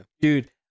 Dude